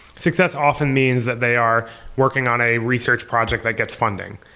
success often means that they are working on a research project that gets funding